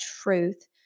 truth